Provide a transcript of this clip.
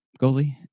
goalie